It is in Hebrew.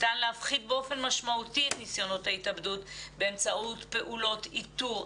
ניתן להפחית באופן משמעותי את ניסיונות ההתאבדות באמצעות פעולות איתור,